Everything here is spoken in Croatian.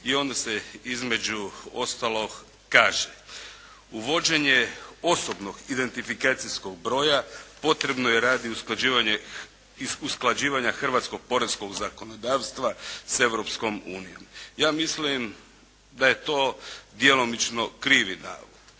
I onda se, između ostalog, kaže: Uvođenjem osobnog identifikacijskog broja potrebno je radi usklađivanja hrvatskog poreskog zakonodavstva s Europskom unije. Ja mislim da je to djelomično krivi navod.